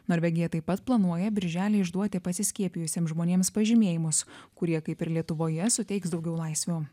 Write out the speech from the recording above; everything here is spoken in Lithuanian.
norvegija taip pat planuoja birželį išduoti pasiskiepijusiem žmonėms pažymėjimus kurie kaip ir lietuvoje suteiks daugiau laisvių